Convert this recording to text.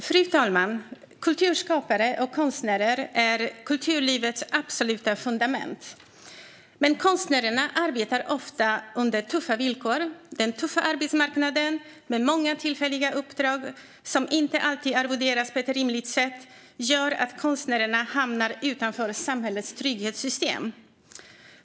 Fru talman! Kulturskapare och konstnärer är kulturlivets absoluta fundament. Men konstnärerna arbetar ofta under tuffa villkor. Den tuffa arbetsmarknaden med många tillfälliga uppdrag, som inte alltid arvoderas på ett rimligt sätt, leder till att konstnärerna hamnar utanför samhällets trygghetssystem.